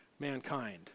Mankind